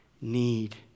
need